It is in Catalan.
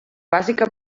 bàsica